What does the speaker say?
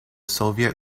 soviet